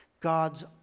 God's